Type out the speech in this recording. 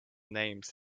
names